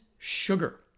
sugar